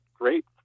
great